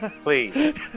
please